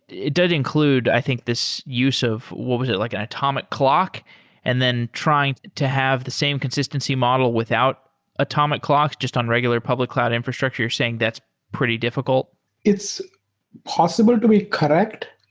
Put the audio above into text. it does include i think this use of what was it? like an atomic clock and then trying to have the same consistency model without atomic clocks just on regular public cloud infrastructure. you're saying that pretty difficult it's possible to be correct,